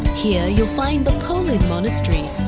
here you'll find the po lin monastery,